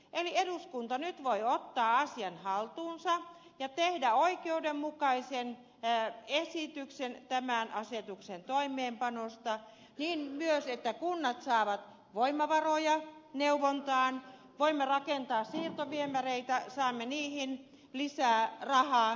eli eduskunta nyt voi ottaa asian haltuunsa ja tehdä oikeudenmukaisen esityksen tämän asetuksen toimeenpanosta myös niin että kunnat saavat voimavaroja neuvontaan voimme rakentaa siirtoviemäreitä saamme niihin lisää rahaa